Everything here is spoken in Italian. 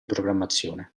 programmazione